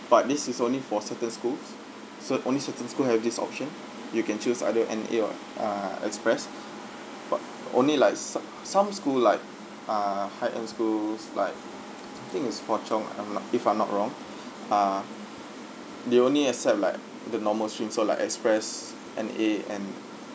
but this is only for certain schools cer~ only certain school have this option you can choose either N_A or ah express but only like so~ some school like ah high end schools like I think is hwa chong ah I'm not if I'm not wrong ah they only accept like the normal streams so like express N_A and